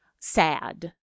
sad